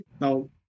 now